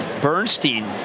Bernstein